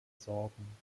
sorben